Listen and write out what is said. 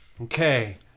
Okay